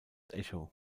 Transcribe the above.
echo